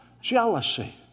Jealousy